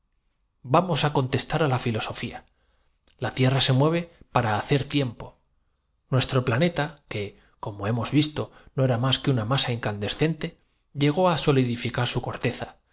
vamos á contestar á la filosofía la tierra podían tener lugar sin que cada desprendimiento fuese se mueve acompañado de un estampido y de una convulsión para hacer tiempo nuestro planeta que como hemos ahora bien si al dispararse un cañonazo la repercu visto no era más que una masa incandescente llegó á solidificar su corteza